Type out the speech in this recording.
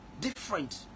Different